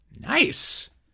Nice